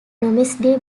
domesday